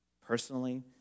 personally